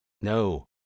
No